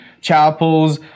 chapels